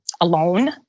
alone